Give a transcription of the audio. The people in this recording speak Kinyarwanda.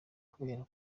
kubera